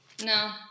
no